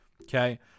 Okay